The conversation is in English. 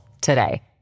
today